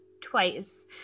twice